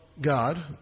God